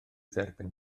dderbyn